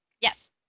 Yes